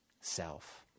self